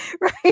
right